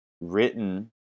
written